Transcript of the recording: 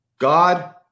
God